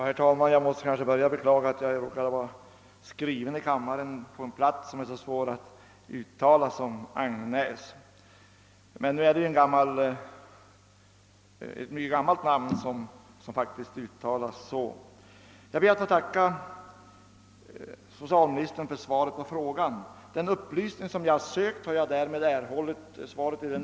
Herr talman! Jag måste till att börja med beklaga att jag i denna kammare förknippats med en plats med ett så svåruttalat namn — det skall faktiskt heta »Angnäs». Det är ett mycket gammalt namn, som skall uttalas på detta sätt. Jag ber att få tacka socialministern för svaret på min fråga. Den upplysning jag sökt få har jag därmed erhållit.